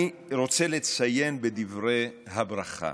אני רוצה לציין בדברי הברכה